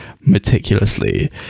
meticulously